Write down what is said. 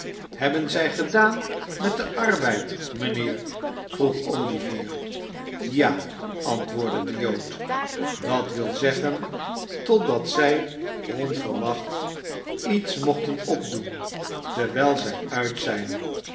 hebben zij gedaan met den arbeid mijnheer vroeg olivier ja antwoordde de jood dat wil zeggen totdat zij onverwacht iets mochten opdoen terwijl zij uit zijn